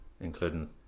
including